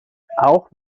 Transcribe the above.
auch